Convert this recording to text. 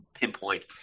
pinpoint